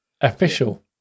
official